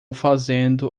fazendo